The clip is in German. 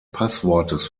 passwortes